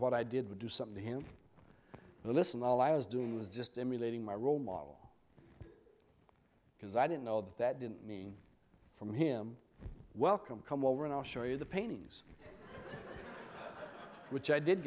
what i did would do something to him and listen all i was doing was just emulating my role model because i didn't know that that didn't mean from him welcome come over and i'll show you the paintings which i did